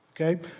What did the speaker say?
Okay